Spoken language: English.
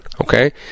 Okay